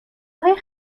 های